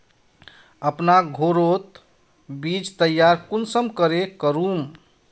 अपना घोरोत बीज तैयार कुंसम करे करूम?